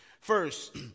First